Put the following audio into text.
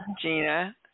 Gina